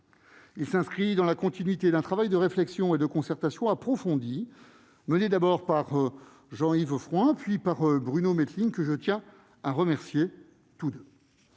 s'inscrit dans la continuité d'un travail de réflexion et de concertation approfondi, mené d'abord par Jean-Yves Frouin, puis par Bruno Mettling, que je tiens tous deux